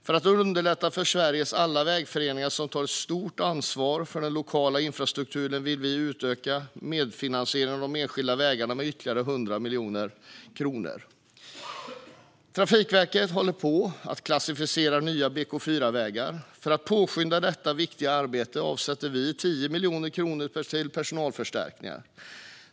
För att underlätta för Sveriges alla vägföreningar, som tar ett stort ansvar för den lokala infrastrukturen, vill vi utöka medfinansieringen av de enskilda vägarna med ytterligare 100 miljoner kronor. Trafikverket håller på att klassificera nya BK4-vägar. För att påskynda detta viktiga arbete avsätter vi 10 miljoner kronor till personalförstärkningar.